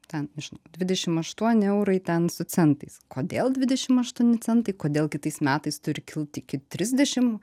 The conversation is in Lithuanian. ten nežinau dvidešim aštuoni eurai ten su centais kodėl dvidešim aštuoni centai kodėl kitais metais turi kilt iki trisdešim